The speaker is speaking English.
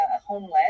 homeless